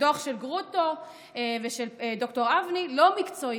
הדוח של גרוטו ושל ד"ר אבני לא מקצועי,